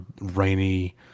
rainy